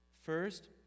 First